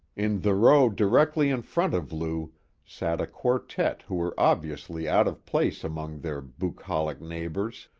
in the row directly in front of lou sat a quartet who were obviously out of place among their bucolic neighbors,